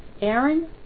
Aaron